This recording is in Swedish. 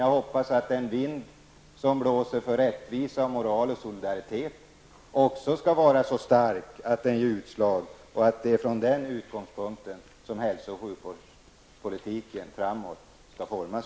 Jag hoppas att den vind som blåser för rättvisa, moral och solidaritet också skall vara så stark att den ger utslag och att det är utifrån den som hälso och sjukvårdspolitiken skall formas.